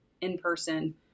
in-person